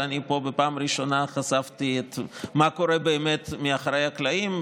ואני פה בפעם הראשונה חשפתי מה קורה באמת מאחוריי הקלעים,